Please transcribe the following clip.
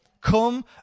Come